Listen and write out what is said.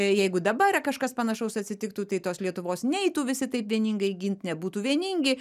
jeigu dabar kažkas panašaus atsitiktų tai tos lietuvos neitų visi taip vieningai gint nebūtų vieningi